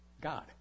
God